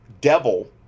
devil